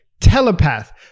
telepath